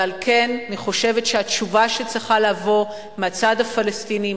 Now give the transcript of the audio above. ועל כן אני חושבת שהתשובה שצריכה לבוא מהצד הפלסטיני,